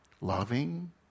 Loving